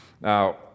Now